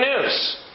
news